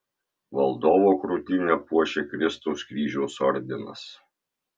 valdovo krūtinę puošia kristaus kryžiaus ordinas